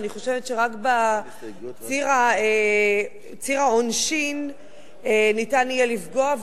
ואני חושבת שרק בציר העונשין ניתן יהיה לפגוע,